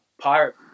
Pirate